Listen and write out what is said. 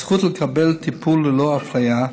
הזכות לקבל טיפול ללא אפליה,